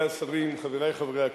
חברי חברי הכנסת,